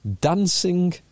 Dancing